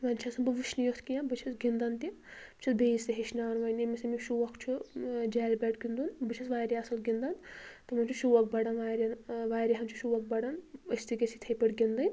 وۄنۍ چھیٚس نہٕ بہٕ وُچھنٕے یوت کیٚنٛہہ بہٕ چھیٚس گنٛدان تہِ بہٕ چھیٚس بیٚیِس تہِ ہیٚچھناوان وۄنۍ ییٚمِس ییٚمِس شوق چھُ ٲں جالہِ بیٹ گِنٛدُن بہٕ چھیٚس واریاہ اصٕل گِنٛدان تِمن چھُ شوق بڑھان واریاہ ٲں واریاہن چھُ شوق بڑھان أسۍ تہِ گٔژھ یِتھٔے پٲٹھۍ گِنٛدٕنۍ